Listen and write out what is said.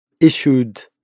issued